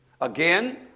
Again